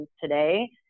today